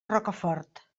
rocafort